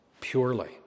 purely